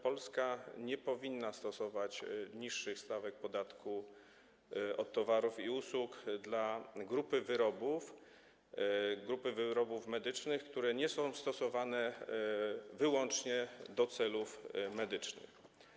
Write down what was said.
Polska nie powinna stosować niższych stawek podatku od towarów i usług dla grupy wyrobów medycznych, które nie są stosowane wyłącznie w celach medycznych.